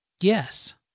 Yes